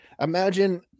imagine